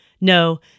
No